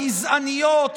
הגזעניות,